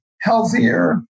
healthier